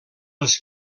les